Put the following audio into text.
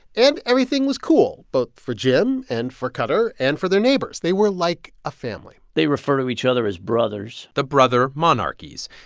and everything was cool, both for jim and for qatar and for their neighbors. they were like a family they refer to each other as brothers the brother monarchies.